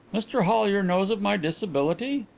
mr hollyer knows of my disability?